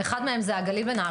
אחד מהם זה נהריה?